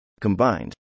Combined